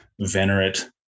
venerate